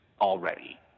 already